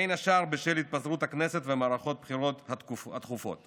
בין השאר בשל התפזרות הכנסת ומערכות הבחירות התכופות.